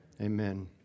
Amen